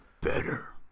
better